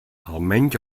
almenys